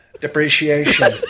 depreciation